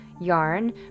yarn